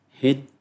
head